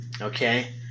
Okay